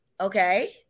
okay